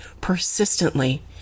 persistently